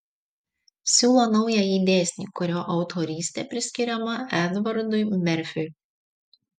siūlo naująjį dėsnį kurio autorystė priskiriama edvardui merfiui